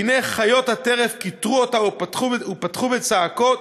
והנה חיות הטרף כיתרו אותה ופתחו בצעקות: